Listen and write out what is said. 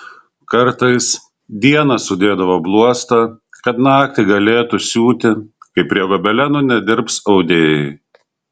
kartais dieną sudėdavo bluostą kad naktį galėtų siūti kai prie gobelenų nedirbs audėjai